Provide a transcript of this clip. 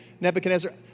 Nebuchadnezzar